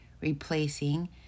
replacing